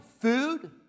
food